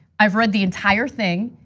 i've read the entire thing.